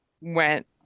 went